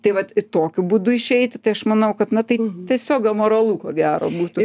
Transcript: tai vat i tokiu būdu išeiti tai aš manau kad na tai tiesiog amoralu ko gero būtų